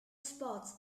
spots